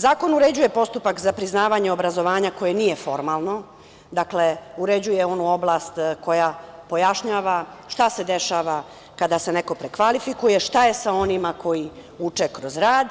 Zakon uređuje postupak za priznavanje obrazovanja koje nije formalno, dakle uređuje onu oblast koja pojašnjava šta se dešava kada se neko prekvalifikuje, šta je sa onima koji uče kroz rad